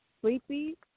sleepy